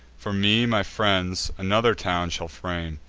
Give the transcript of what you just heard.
for me, my friends another town shall frame,